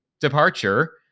departure